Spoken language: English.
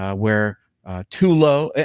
ah where too low,